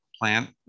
plant